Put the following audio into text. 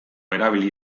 erabili